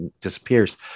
disappears